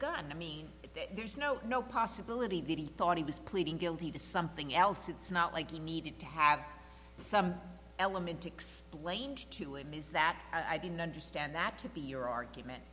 gun i mean there's no no possibility that he thought he was pleading guilty to something else it's not like he needed to have some element explained to him is that i didn't understand that to be your argument